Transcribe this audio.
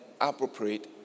appropriate